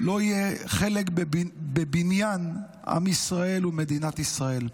לא יהיה חלק בבניין עם ישראל ומדינת ישראל.